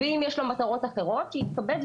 אם יש לו מטרות אחרות שיתכבד,